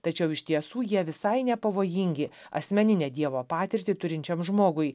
tačiau iš tiesų jie visai nepavojingi asmeninę dievo patirtį turinčiam žmogui